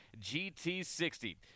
GT60